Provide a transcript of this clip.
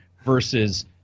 versus